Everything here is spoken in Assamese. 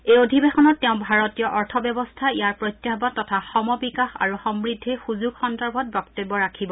এই অধিৰেশনত তেওঁ ভাৰতীয় অৰ্থব্যবস্থা ইয়াৰ প্ৰত্যাহান তথা সম বিকাশ আৰু সমূদিৰ সুযোগ সন্দৰ্ভত ব্যক্তব্য ৰাখিব